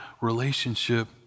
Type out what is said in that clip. relationship